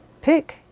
pick